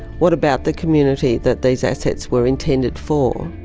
what about the community that these assets were intended for?